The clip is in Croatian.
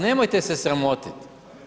Nemojte se sramotiti.